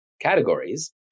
categories